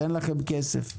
אין לכם כסף.